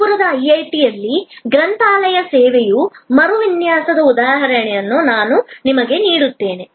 ಕಾನ್ಪುರದ ಐಐಟಿಯಲ್ಲಿ ಗ್ರಂಥಾಲಯ ಸೇವೆಯ ಮರುವಿನ್ಯಾಸದ ಉದಾಹರಣೆಯನ್ನು ನಾನು ನಿಮಗೆ ನೀಡುತ್ತೇನೆ